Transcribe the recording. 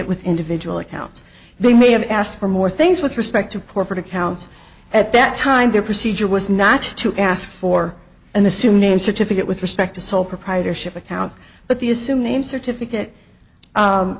it with individual accounts they may have asked for more things with respect to corporate accounts at that time their procedure was not to ask for an assumed name certificate with respect to sole proprietorship account but the assumed name certificate